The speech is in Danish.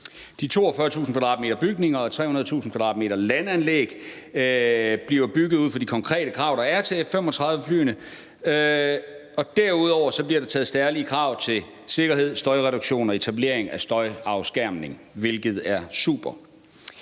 De 42.000 m2 bygninger og 300.000 m2 landanlæg bliver bygget ud fra de konkrete krav, der er, til F-35-flyene, og derudover bliver der taget særlige hensyn til sikkerhed, støjreduktion og etablering af støjafskærmning, hvilket er super.